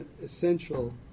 essential